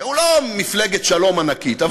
שהוא לא מפלגת שלום ענקית,